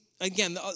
again